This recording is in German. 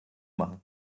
machen